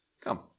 Come